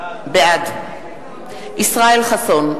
בעד ישראל חסון,